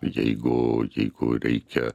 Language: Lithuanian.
jeigu jeigu reikia